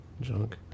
junk